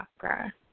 chakra